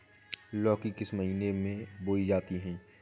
लौकी किस महीने में बोई जाती है?